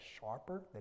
sharper